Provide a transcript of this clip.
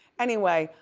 anyway,